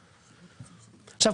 עכשיו,